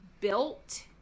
built